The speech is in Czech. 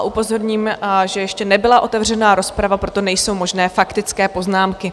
Upozorním, že ještě nebyla otevřena rozprava, proto nejsou možné faktické poznámky.